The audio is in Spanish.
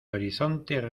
horizonte